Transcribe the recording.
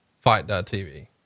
fight.tv